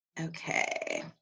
okay